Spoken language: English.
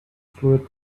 fluid